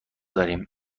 داریم